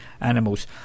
animals